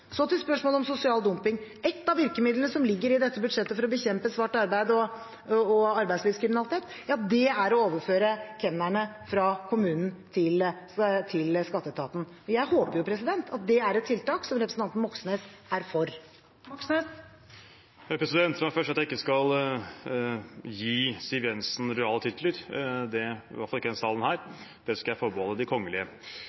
Så til spørsmålet om sosial dumping: Ett av virkemidlene som ligger i dette budsjettet for å bekjempe svart arbeid og arbeidslivskriminalitet, er å overføre kemnerne fra kommunen til skatteetaten. Jeg håper at det er et tiltak som representanten Moxnes er for. La meg først si at jeg ikke skal gi Siv Jensen rojale titler – i hvert fall ikke i denne salen.